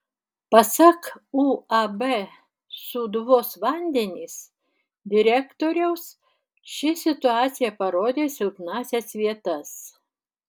pasak uab sūduvos vandenys direktoriaus ši situacija parodė silpnąsias vietas